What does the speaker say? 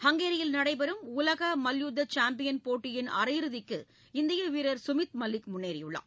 ஹங்கேரியில் நடைபெறும் உலக மல்யுத்த சாம்பியன் போட்டி போட்டியின் அரையிறுதிக்கு இந்திய வீரர் கமித் மல்லிக் முன்னேறியுள்ளார்